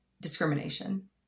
Discrimination